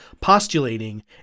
postulating